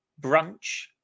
brunch